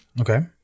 Okay